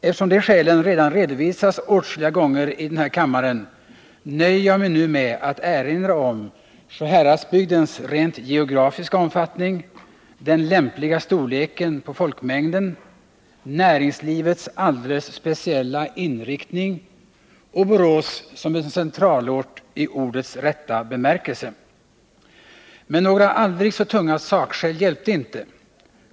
Eftersom de skälen redan redovisats åtskilliga gånger i den här kammaren, nöjer jag mig nu med att erinra om Sjuhäradsbygdens rent geografiska omfattning, den lämpliga storleken på folkmängden, näringslivets alldeles speciella inriktning och Borås som en centralort i ordets rätta bemärkelse. Men inga aldrig så tunga sakskäl hjälpte.